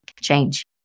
change